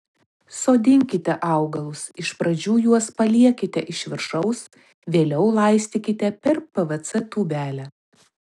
sodinkite augalus iš pradžių juos paliekite iš viršaus vėliau laistykite per pvc tūbelę